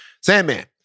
Sandman